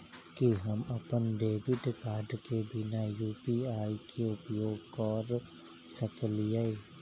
की हम अप्पन debit card केँ बिना यु.पी.आई केँ उपयोग करऽ सकलिये?